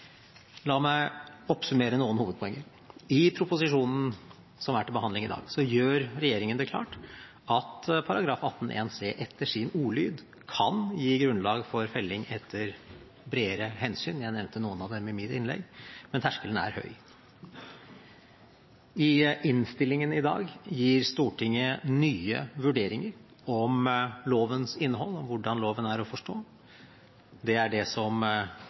La meg oppsummere noen hovedpoenger: I proposisjonen, som er til behandling i dag, gjør regjeringen det klart at § 18 c etter sin ordlyd kan gi grunnlag for felling etter bredere hensyn. Jeg nevnte noen av dem i mitt innlegg, men terskelen er høy. I innstillingen i dag gir Stortinget nye vurderinger av lovens innhold, hvordan loven er å forstå. Det er det som